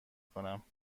کنم